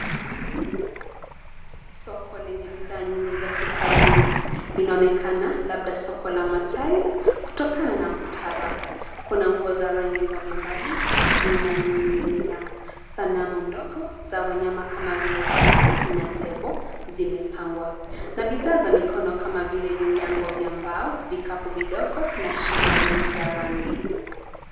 Soko lenye bithaa nyingi za kitalii, linaonekana labda soko la Massai, kutokana na muktadha, Kuna nguo za rangi mbali mbali, zinaninginia. Sanamu ndogo za wanyama kama vile twiga na tembo zimepangwa. Na bithaa za mikono kama vile vinyango vya mbao, vikapu vidogo na shanga nyingi za rangi.